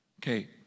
Okay